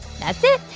that's it.